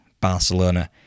Barcelona